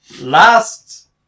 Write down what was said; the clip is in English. last